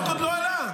החוק עוד לא עלה.